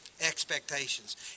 expectations